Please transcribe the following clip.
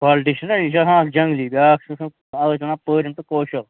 quality چھِنہ یہِ چھِ آسان اَکھ جنٛگلی بیاکھ آسان اَتھ ٲسۍ وَنان پٲرِم تہٕ کوشُر